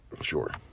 Sure